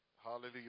Hallelujah